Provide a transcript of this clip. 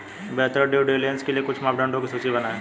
बेहतर due diligence के लिए कुछ मापदंडों की सूची बनाएं?